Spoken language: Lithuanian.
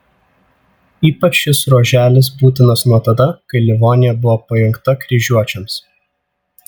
ypač šis ruoželis būtinas nuo tada kai livonija buvo pajungta kryžiuočiams